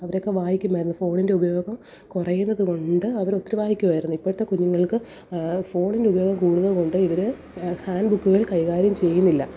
അവരെയൊക്കെ വായിക്കുമായിരുന്നു ഫോണിൻ്റെ ഉപയോഗം കുറയുന്നതു കൊണ്ട് അവരൊത്തിരി വായിക്കുമായിരുന്നു ഇപ്പോഴത്തെ കുഞ്ഞുങ്ങൾക്ക് ഫോണിൻ്റെ ഉപയോഗം കൂടുന്നതു കൊണ്ട് ഇവർ ഹാൻഡ് ബുക്കുകൾ കൈകാര്യം ചെയ്യുന്നില്ല